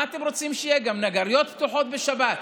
מה אתם רוצים שיהיה, גם נגריות שפתוחות בשבת?